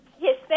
Yes